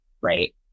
right